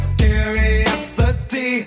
curiosity